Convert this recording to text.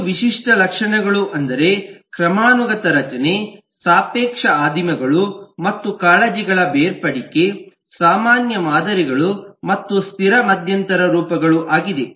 ಐದು ವಿಶಿಷ್ಟ ಲಕ್ಷಣಗಳು ಅಂದರೆ ಕ್ರಮಾನುಗತ ರಚನೆ ಸಾಪೇಕ್ಷ ಆದಿಮಗಳು ಮತ್ತು ಕಾಳಜಿಗಳ ಬೇರ್ಪಡಿಕೆ ಸಾಮಾನ್ಯ ಮಾದರಿಗಳು ಮತ್ತು ಸ್ಥಿರ ಮಧ್ಯಂತರ ರೂಪಗಳು ಆಗಿದೆ